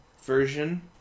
version